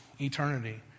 eternity